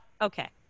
okay